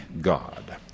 God